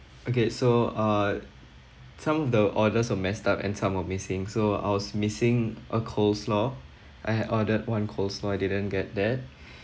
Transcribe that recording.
okay so uh some of the orders were messed up and some were missing so I was missing a coleslaw I ordered one coleslaw I didn't get that